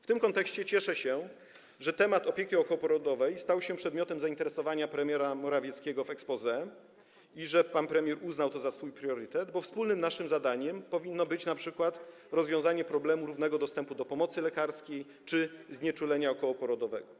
W tym kontekście cieszę się, że temat opieki okołoporodowej stał się przedmiotem zainteresowania premiera Morawieckiego w exposé i że pan premier uznał to za swój priorytet, bo naszym wspólnym zadaniem powinno być np. rozwiązanie problemu równego dostępu do pomocy lekarskiej czy znieczulenia okołoporodowego.